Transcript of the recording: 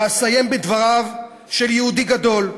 ואסיים בדבריו של יהודי גדול,